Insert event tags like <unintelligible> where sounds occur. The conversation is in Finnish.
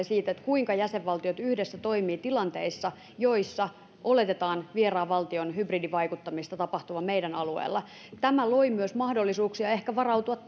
<unintelligible> siitä kuinka jäsenvaltiot yhdessä toimivat tilanteissa joissa oletetaan vieraan valtion hybridivaikuttamista tapahtuvan meidän alueellamme tämä loi myös mahdollisuuksia ehkä varautua <unintelligible>